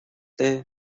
day